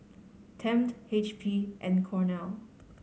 Tempt H P and Cornell